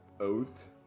oat